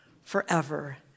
forever